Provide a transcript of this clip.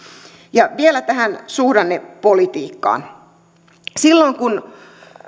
ja vielä tähän suhdannepolitiikkaan silloin kun